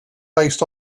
based